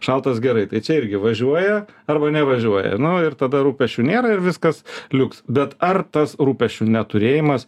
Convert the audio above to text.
šaltas gerai tai čia irgi važiuoja arba nevažiuoja nu ir tada rūpesčių nėra ir viskas liuks bet ar tas rūpesčių neturėjimas